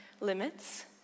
limits